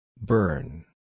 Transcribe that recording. Burn